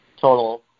total